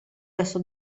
verso